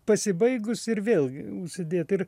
pasibaigus ir vėlgi užsidėti ir